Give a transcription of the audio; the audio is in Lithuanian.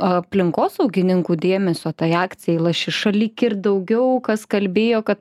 aplinkosaugininkų dėmesio tai akcijai lašiša lyg ir daugiau kas kalbėjo kad